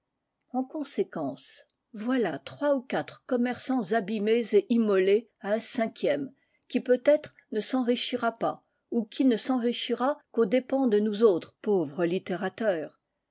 en conséquence voilà trois ou quatre commerçants abîmés et immolés à un cinquième qui peut-être ne s'enrichira pas ou qui ne s'enrichira qu'aux dépens de nous autres pauvres littérateurs